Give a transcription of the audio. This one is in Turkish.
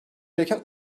gereken